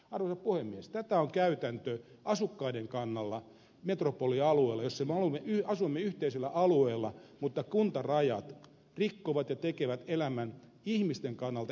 tätä on käytäntö asukkaiden kannalta metropolialueella missä me asumme yhteisellä alueella mutta kuntarajat rikkovat ja tekevät elämän ihmisten kannalta epämielekkääksi